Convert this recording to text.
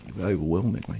overwhelmingly